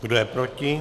Kdo je proti?